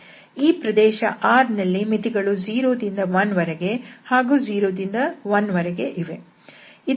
ಈ ಪ್ರದೇಶ R ನಲ್ಲಿ ಮಿತಿಗಳು 0 ದಿಂದ 1 ವರೆಗೆ ಹಾಗೂ 0 ದಿಂದ 1 ವರೆಗೆ ಇವೆ